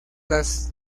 las